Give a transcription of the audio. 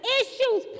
issues